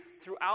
throughout